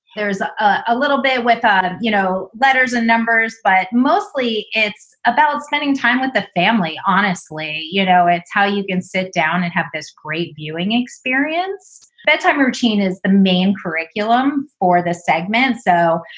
there's a little bit with, ah you know, letters and numbers, but mostly it's about spending time with the family. honestly, you know, it's how you can sit down and have this great viewing experience. bedtime routine is the main curriculum for this segment. so,